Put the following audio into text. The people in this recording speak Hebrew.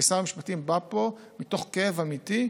כי שר המשפטים בא מתוך כאב אמיתי,